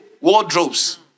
wardrobes